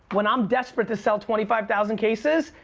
when i'm desperate to sell twenty five thousand cases,